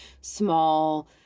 small